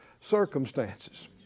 circumstances